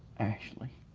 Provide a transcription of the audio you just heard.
ashley.